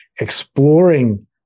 exploring